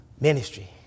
Ministry